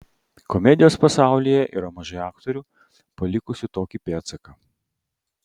komedijos pasaulyje yra mažai aktorių palikusių tokį pėdsaką